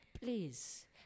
please